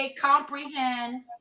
comprehend